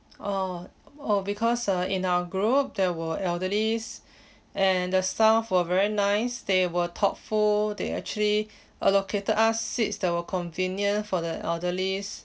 oh oh because uh in our group there were elderlies and the staff were very nice they were thoughtful they actually allocated us seats that were convenient for the elderlies